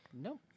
No